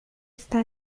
está